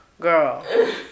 Girl